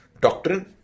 Doctrine